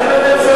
למה אתה צועק?